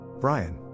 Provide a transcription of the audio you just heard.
brian